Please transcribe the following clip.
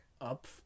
up